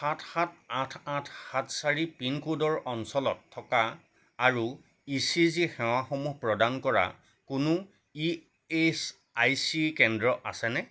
সাত সাত আঠ আঠ সাত চাৰি পিনক'ডৰ অঞ্চলত থকা আৰু ই চি জি সেৱাসমূহ প্ৰদান কৰা কোনো ই এচ আই চি কেন্দ্ৰ আছেনে